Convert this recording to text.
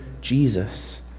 Jesus